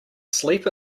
sleep